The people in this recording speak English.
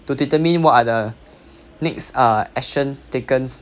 to determine what are the next err actions taken